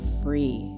free